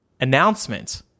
announcement